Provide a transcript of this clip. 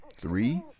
Three